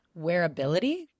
wearability